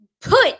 put